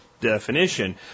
definition